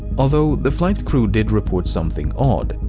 although, the flight crew did report something odd.